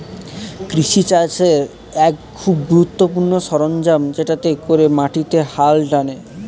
কৃষি কাজের এক খুব গুরুত্বপূর্ণ সরঞ্জাম যেটাতে করে মাটিতে হাল টানে